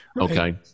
okay